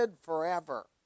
forever